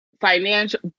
financial